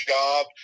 job